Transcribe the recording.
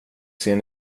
ser